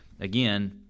again